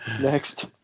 Next